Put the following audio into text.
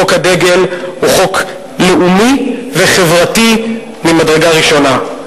חוק הדגל הוא חוק לאומי וחברתי ממדרגה ראשונה.